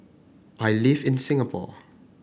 I live in Singapore